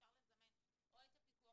אפשר לזמן או את הפיקוח